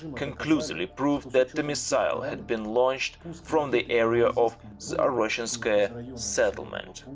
conclusively proved that the missile had been launched from the area of zaroshenskoye settlement.